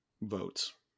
votes